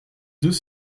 deux